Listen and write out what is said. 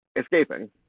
escaping